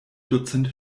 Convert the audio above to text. dutzend